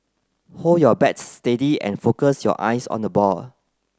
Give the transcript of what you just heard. hold your bat steady and focus your eyes on the ball